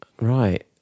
Right